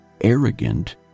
arrogant